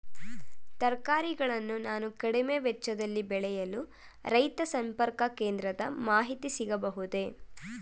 ತರಕಾರಿಗಳನ್ನು ನಾನು ಕಡಿಮೆ ವೆಚ್ಚದಲ್ಲಿ ಬೆಳೆಯಲು ರೈತ ಸಂಪರ್ಕ ಕೇಂದ್ರದ ಮಾಹಿತಿ ಸಿಗಬಹುದೇ?